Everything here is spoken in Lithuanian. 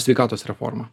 sveikatos reformą